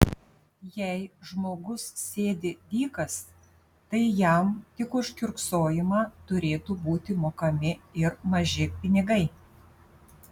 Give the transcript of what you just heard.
jei žmogus sėdi dykas tai jam tik už kiurksojimą turėtų būti mokami ir maži pinigai